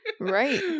Right